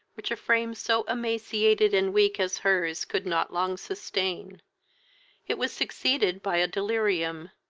which a frame so emaciated and weak as her's could not long sustain it was succeeded by a delirium.